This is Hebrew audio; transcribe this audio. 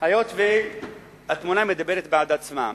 היות שהתמונה מדברת בעד עצמה.